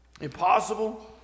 Impossible